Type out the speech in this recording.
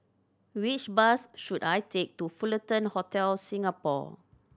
which bus should I take to Fullerton Hotel Singapore